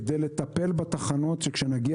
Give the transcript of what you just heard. עונת המעבר כדי לטפל בתחנות כדי שכשנגיע